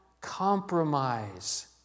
compromise